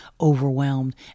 overwhelmed